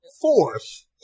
fourth